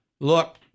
Look